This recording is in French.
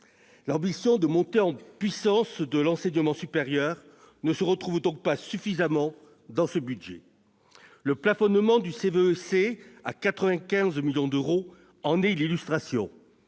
L'ambition de montée en puissance de l'enseignement supérieur ne se retrouve donc pas suffisamment dans ce budget ; le plafonnement de la CVEC à 95 millions d'euros en est l'illustration.